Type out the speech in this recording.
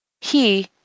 He